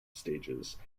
stages